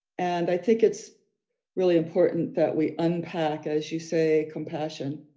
and i think it's really important that we unpack as you say, compassion,